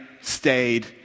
stayed